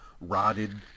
rotted